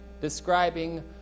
describing